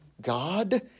God